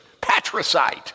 patricide